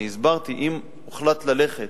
אני הסברתי, אם הוחלט ללכת